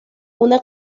una